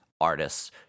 artists